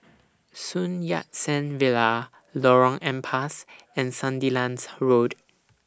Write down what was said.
Sun Yat Sen Villa Lorong Ampas and Sandilands Road